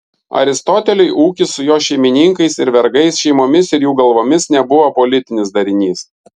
aristoteliui ūkis su jo šeimininkais ir vergais šeimomis ir jų galvomis nebuvo politinis darinys